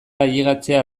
ailegatzea